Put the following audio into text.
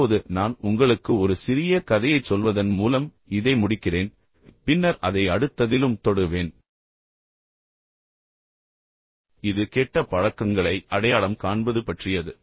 இப்போது நான் உங்களுக்கு ஒரு சிறிய கதையைச் சொல்வதன் மூலம் இதை முடிக்கிறேன் பின்னர் அதை அடுத்ததிலும் தொடருவேன் இது கெட்ட பழக்கங்களை அடையாளம் காண்பது பற்றியது